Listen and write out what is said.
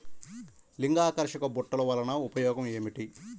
లింగాకర్షక బుట్టలు వలన ఉపయోగం ఏమిటి?